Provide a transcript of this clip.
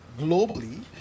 globally